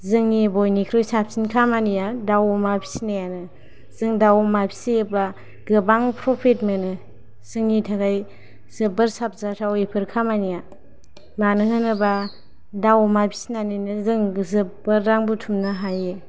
जोंनि बयनिख्रुइ साबसिन खामानिया दाउ अमा फिसिनाययानो जों दाउ अमा फिसियोब्ला गोबां प्रफित मोनो जोंनि थाखाय जोबोद साबजाथाव बेफोर खामानिया मानो होनोबा दाउ अमा फिसिनानैनो जों जोबोर रां बुथुमनो हायो